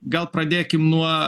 gal pradėkim nuo